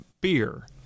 beer